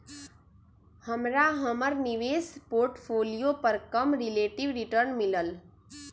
हमरा हमर निवेश पोर्टफोलियो पर कम रिलेटिव रिटर्न मिलल